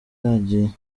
yagiye